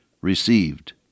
received